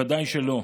ודאי שלא.